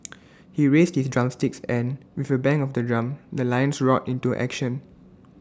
he raised his drumsticks and with A bang of the drum the lions roared into action